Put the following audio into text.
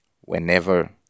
Whenever